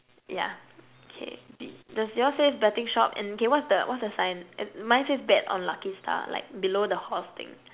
yeah K d~ does yours says betting shop and K what's the what's the sign and mine says bet on lucky star like below the horse thing